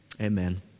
Amen